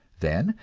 then,